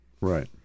Right